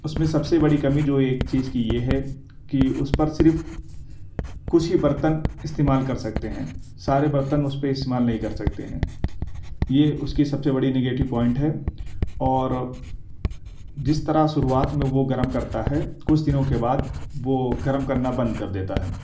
اس میں سب سی بڑی کمی جو ایک چیز کی یہ ہے کہ اس پر صرف کچھ ہی برتن استعمال کر سکتے ہیں سارے برتن اس پہ استعمال نہیں کر سکتے ہیں یہ اس کی سب سے بڑی نگیٹیو پوائنٹ ہے اور جس طرح شروعات میں وہ گرم کرتا ہے کچھ دنوں کے بعد وہ گرم کرنا بند کر دیتا ہے